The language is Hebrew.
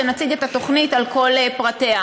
כשנציג את התוכנית על כל פרטיה.